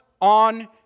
on